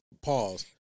pause